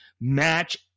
match